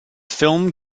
film